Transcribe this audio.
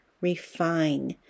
refine